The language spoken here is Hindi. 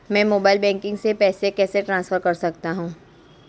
मैं मोबाइल बैंकिंग से पैसे कैसे ट्रांसफर कर सकता हूं?